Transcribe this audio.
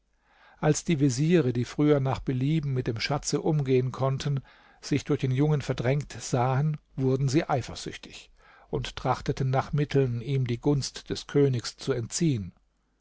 als die veziere die früher nach belieben mit dem schatze umgehen konnten sich durch den jungen verdrängt sahen wurden sie eifersüchtig und trachteten nach mitteln ihm die gunst des königs zu entziehen